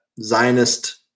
Zionist